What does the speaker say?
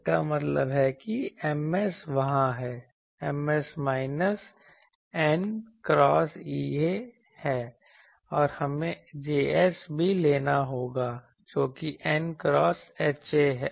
इसका मतलब है कि Ms वहाँ है Ms minus n cross Ea है और हमें Js भी लेना होगा जो कि n क्रॉस Ha है